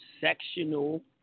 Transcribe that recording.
sectional